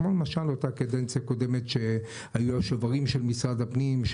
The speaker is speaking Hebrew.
כמו למשל באותה קדנציה קודמת שהיו השוברים של משרד הפנים,